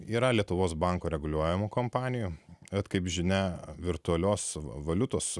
yra lietuvos banko reguliuojamų kompanijų bet kaip žinia virtualios valiutos